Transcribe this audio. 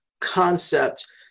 concept